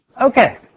Okay